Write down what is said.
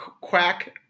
quack